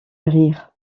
rire